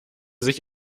sich